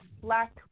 Black